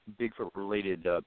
Bigfoot-related